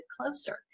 closer